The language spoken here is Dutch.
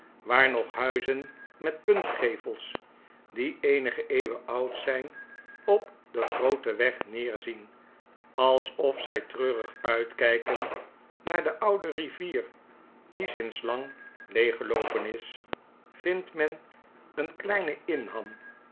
waar nog huizen met puntgevels die eenige eeuwen oud zijn op den grooten weg neerzien alsof zy treurig uitkyken naar de oude rivier die sinds lang leeggeloopen is vindtmen een kleinen inham